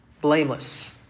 blameless